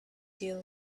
deal